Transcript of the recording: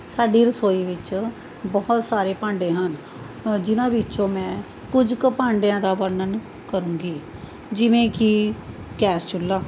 ਸਾਡੀ ਰਸੋਈ ਵਿੱਚ ਬਹੁਤ ਸਾਰੇ ਭਾਂਡੇ ਹਨ ਜਿਹਨਾਂ ਵਿੱਚੋਂ ਮੈਂ ਕੁੱਝ ਕੁ ਭਾਂਡਿਆਂ ਦਾ ਵਰਣਨ ਕਰੂੰਗੀ ਜਿਵੇਂ ਕਿ ਗੈਸ ਚੁੱਲ੍ਹਾ